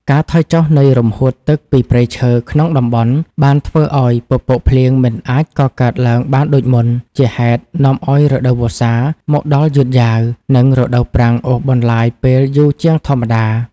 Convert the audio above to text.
ការថយចុះនៃរំហួតទឹកពីព្រៃឈើក្នុងតំបន់ បានធ្វើឱ្យពពកភ្លៀងមិនអាចកកើតឡើងបានដូចមុន ជាហេតុនាំឱ្យរដូវវស្សាមកដល់យឺតយ៉ាវ និងរដូវប្រាំងអូសបន្លាយពេលយូរជាងធម្មតា។